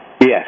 Yes